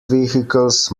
vehicles